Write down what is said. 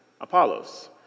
Apollos